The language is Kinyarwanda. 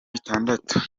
bitandatu